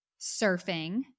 Surfing